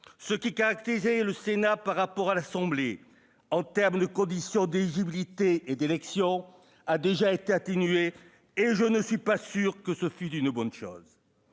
ce qui caractérisait le Sénat par rapport à l'Assemblée nationale du point de vue des conditions d'éligibilité et d'élection a déjà été atténué, et je ne suis pas sûr que ce fût une bonne chose.